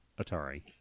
Atari